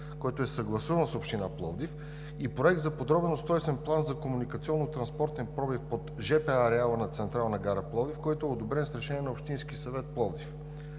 който е съгласуван с Община Пловдив, и Проект за подробен устройствен план за комуникационно-транспортен пробив под жп ареала на Централна гара – Пловдив, който е одобрен с решение на Общински съвет – Пловдив.